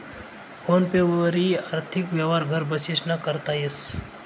phone पे वरी आर्थिक यवहार घर बशीसन करता येस